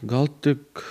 gal tik